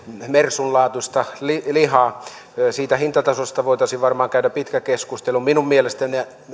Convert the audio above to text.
mersun laatuista lihaa siitä hintatasosta voitaisiin varmaan käydä pitkä keskustelu minun mielestäni